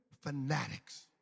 fanatics